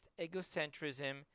egocentrism